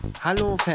Hallo